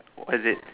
what is it